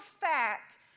fact